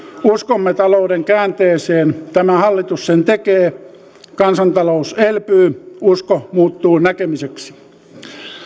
uskomme talouden käänteeseen tämä hallitus sen tekee kansantalous elpyy usko muuttuu näkemiseksi